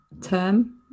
term